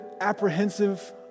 apprehensive